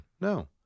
No